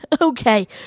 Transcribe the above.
okay